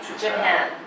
Japan